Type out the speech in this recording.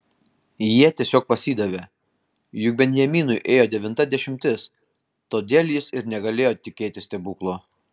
jie tiesiog pasidavė juk benjaminui ėjo devinta dešimtis todėl jis ir negalėjo tikėtis stebuklo